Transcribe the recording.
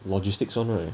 logistics [one] right